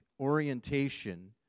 orientation